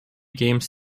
games